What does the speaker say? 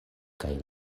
kaj